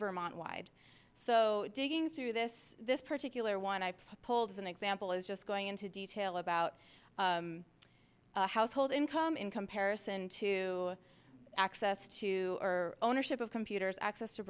vermont wide so digging through this this particular one i pulled as an example is just going into detail about the household income in comparison to access to our ownership of computers access